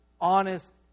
honest